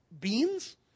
beans